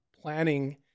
planning